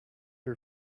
her